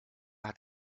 hat